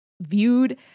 viewed